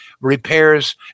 repairs